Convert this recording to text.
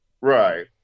right